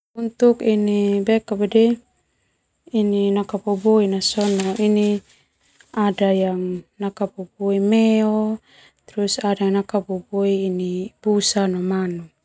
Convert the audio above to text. Nakaboboi na sona ada yang nakababoi meo no busa.